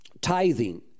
tithing